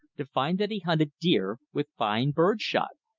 to find that he hunted deer with fine bird shot.